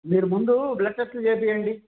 మీరు ముందు బ్లడ్ టెస్ట్లు చెయ్యించండి